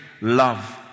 love